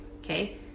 Okay